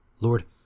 Lord